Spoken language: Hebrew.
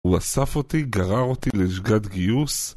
הוא אסף אותי, גרר אותי ללשכת גיוס